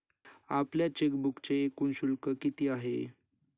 आपल्या चेकबुकचे एकूण शुल्क किती आहे?